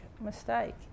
mistake